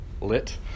Lit